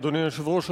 אדוני היושב-ראש,